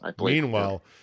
Meanwhile